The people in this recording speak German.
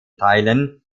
teilen